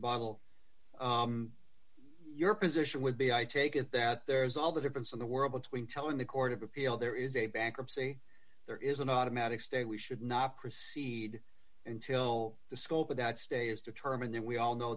l your position would be i take it that there's all the difference in the world between telling the court of appeal there is a bankruptcy there is an automatic stay we should not proceed until the scope of that stay is determined then we all know